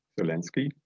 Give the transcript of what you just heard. Zelensky